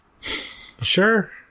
Sure